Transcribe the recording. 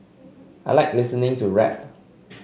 I like listening to rap